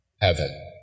heaven